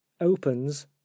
opens